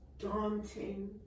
daunting